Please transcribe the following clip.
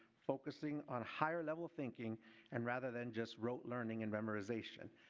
focusing on higher level thinking and rather than just rote learning and memorization.